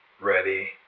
Ready